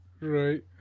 Right